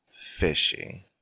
fishy